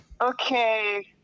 Okay